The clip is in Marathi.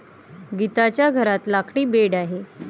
गीताच्या घरात लाकडी बेड आहे